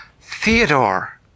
Theodore